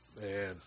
Man